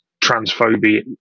transphobia